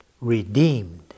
redeemed